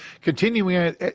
Continuing